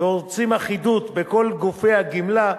ורוצים אחידות בכל גופי הגמלה,